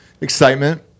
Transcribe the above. Excitement